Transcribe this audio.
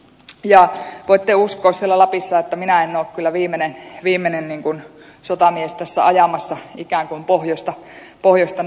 ja voitte uskoa siellä lapissa että minä en ole kyllä viimeinen sotamies tässä ajamassa ikään kuin pohjoista nurkkaan päinvastoin